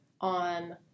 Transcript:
on